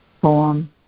form